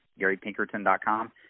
garypinkerton.com